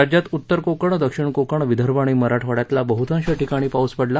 राज्यात उत्तर कोकण दक्षिण कोकण विदर्भ आणि मराठवाङ्यातल्या बहुतांश ठिकाणी पाऊस पडला